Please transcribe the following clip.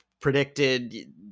Predicted